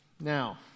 Now